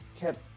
kept